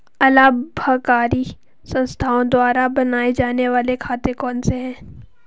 अलाभकारी संस्थाओं द्वारा बनाए जाने वाले खाते कौन कौनसे हैं?